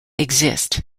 exist